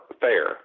fair